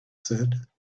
said